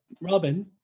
Robin